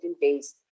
days